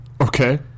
Okay